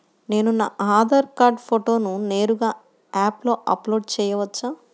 నేను నా ఆధార్ కార్డ్ ఫోటోను నేరుగా యాప్లో అప్లోడ్ చేయవచ్చా?